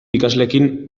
ikasleekin